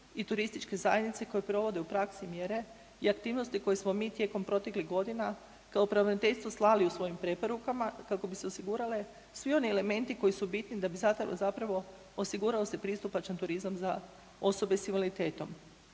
i turističke zajednice koje provode u praksi mjere i aktivnosti koje smo mi tijekom proteklih godina kao pravobraniteljstvo slali u svojim preporukama kako bi se osigurale svi oni elementi koji su bitni da bi zapravo osigurao se pristupačan turizam za osobe s invaliditetom.